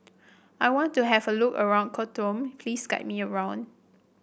I want to have a look around Khartoum please guide me around